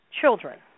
children